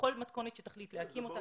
בכל מתכונת שתחליט להקים אותה.